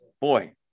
Boy